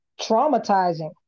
traumatizing